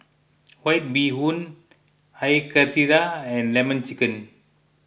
White Bee Hoon Air Karthira and Lemon Chicken